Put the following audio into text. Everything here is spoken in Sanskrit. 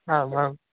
आम् आम्